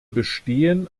bestehen